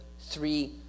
three